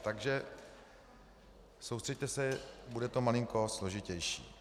Takže soustřeďte se, bude to malinko složitější.